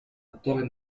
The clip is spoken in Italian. fattore